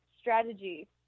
strategy